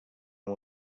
amb